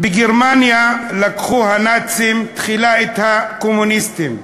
"בגרמניה לקחו הנאצים תחילה את הקומוניסטים,